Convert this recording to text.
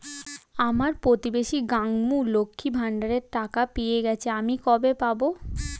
আমার প্রতিবেশী গাঙ্মু, লক্ষ্মীর ভান্ডারের টাকা পেয়ে গেছে, আমি কবে পাব?